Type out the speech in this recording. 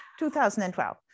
2012